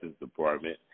department